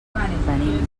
venim